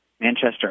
Manchester